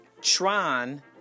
Tron